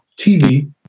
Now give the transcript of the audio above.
TV